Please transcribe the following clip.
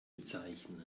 bezeichnen